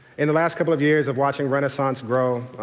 in the last couple of years of watching renaissance grow,